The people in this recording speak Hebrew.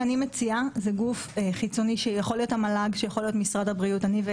אני מציעה שגוף חיצוני שיכול להיות המל"ג, משרד